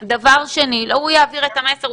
לא, הוא יעביר את המסר.